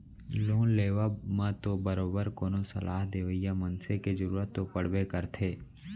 loan लेवब म तो बरोबर कोनो सलाह देवइया मनसे के जरुरत तो पड़बे करथे